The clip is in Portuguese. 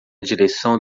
direção